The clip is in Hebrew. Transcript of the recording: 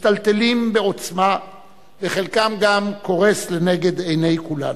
מיטלטלים בעוצמה וחלקם גם קורס לנגד עיני כולנו.